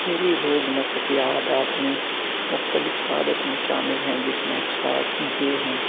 میری روزمرہ کی عادات میں مختلف عادتیں شامل ہیں جس میں خاص یہ ہیں